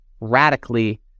radically